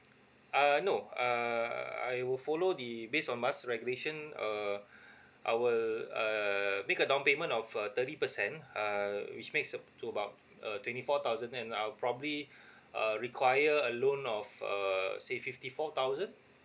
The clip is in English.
uh no uh I will follow the based on MAS regulation uh I will uh make a down payment of uh thirty percent uh which makes uh to about uh twenty four thousand and I'll probably uh require a loan of uh say fifty four thousand